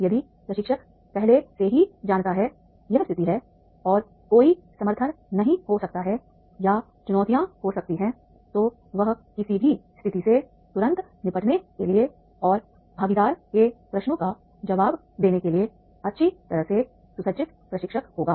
यदि प्रशिक्षक पहले से ही जानता है यह स्थिति है और कोई समर्थन नहीं हो सकता है या चुनौतियां हो सकती हैं तो वह किसी भी स्थिति से तुरंत निपटने के लिए और भागीदार के प्रश्नों का जवाब देने के लिए अच्छी तरह से सुसज्जित प्रशिक्षक होगा